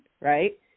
right